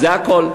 זה הכול.